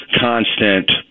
constant